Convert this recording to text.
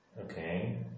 okay